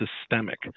systemic